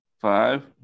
Five